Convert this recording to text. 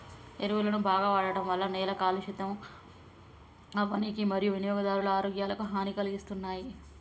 ఎరువులను బాగ వాడడం వల్ల నేల కలుషితం అవ్వనీకి మరియూ వినియోగదారుల ఆరోగ్యాలకు హనీ కలిగిస్తున్నాయి